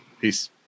Peace